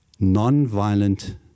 Nonviolent